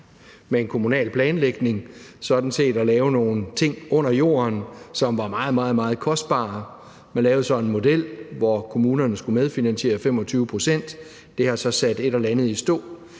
med en kommunal planlægning sådan set at lave nogle ting under jorden, som var meget, meget kostbare. Man lavede så en model, hvor kommunerne skulle medfinansiere 25 pct. Det har så sat et eller andet i stå.